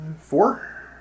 Four